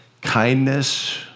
kindness